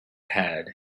had